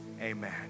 Amen